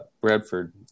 Bradford